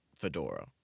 fedora